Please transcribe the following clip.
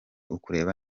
ukureba